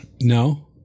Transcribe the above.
No